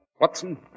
Watson